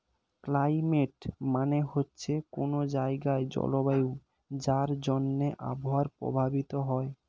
climate মানে হচ্ছে কোনো জায়গার জলবায়ু যার জন্যে আবহাওয়া প্রভাবিত হয়